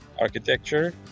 architecture